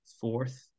fourth